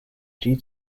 due